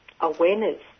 awareness